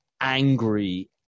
angry